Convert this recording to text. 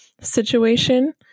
situation